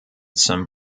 some